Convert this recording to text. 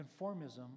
conformism